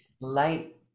Light